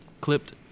clipped